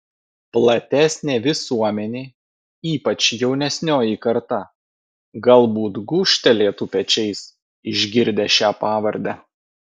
platesnė visuomenė ypač jaunesnioji karta galbūt gūžtelėtų pečiais išgirdę šią pavardę